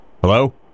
Hello